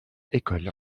école